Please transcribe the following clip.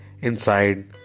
inside